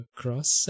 cross